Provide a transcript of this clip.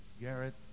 Garrett